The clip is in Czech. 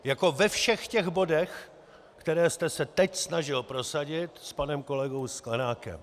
Jako ve všech těch bodech, které jste se teď snažil prosadit s panem kolegou Sklenákem.